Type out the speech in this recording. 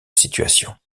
situation